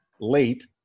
late